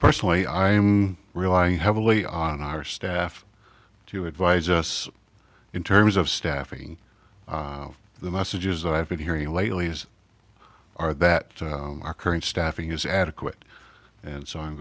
personally i am relying heavily on our staff to advise us in terms of staffing the messages that i've been hearing lately are that our current staffing is adequate and so i'm